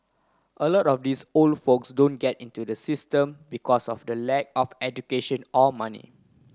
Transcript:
a lot of these old folks don't get into the system because of the lack of education or money